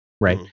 right